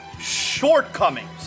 Shortcomings